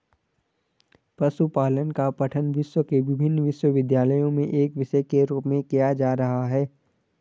पशुपालन का पठन विश्व के विभिन्न विश्वविद्यालयों में एक विषय के रूप में किया जा रहा है